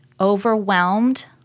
overwhelmed